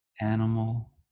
animal